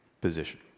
position